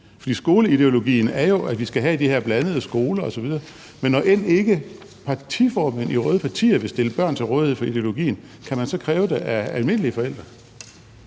For skoleideologien er jo, at vi skal have de her blandede skoler osv., men når end ikke partiformænd i røde partier vil stille børn til rådighed for ideologien, kan man så kræve det af almindelige forældre?